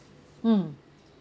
mm